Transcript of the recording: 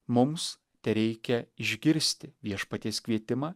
mums tereikia išgirsti viešpaties kvietimą